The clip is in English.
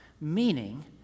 meaning